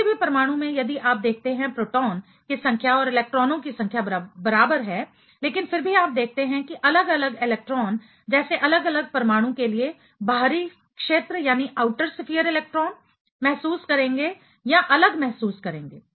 किसी भी परमाणु में यदि आप देखते हैं प्रोटॉन की संख्या और इलेक्ट्रॉनों की संख्या बराबर है लेकिन फिर भी आप देखते हैं कि अलग अलग इलेक्ट्रॉन जैसे अलग अलग परमाणु के लिए बाहरी क्षेत्र आउटर स्फीयर इलेक्ट्रॉन महसूस करेंगे या अलग महसूस करेंगे